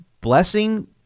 blessing